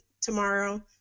tomorrow